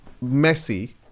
messy